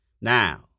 Now